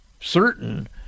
certain